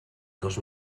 dos